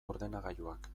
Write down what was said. ordenagailuak